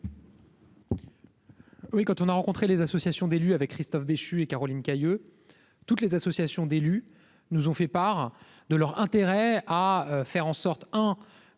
Oui, quand on a rencontré les associations d'élus avec Christophe Béchu et Caroline Cayeux, toutes les associations d'élus nous ont fait part de leur intérêt à faire en sorte, hein,